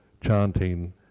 chanting